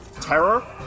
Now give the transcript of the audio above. terror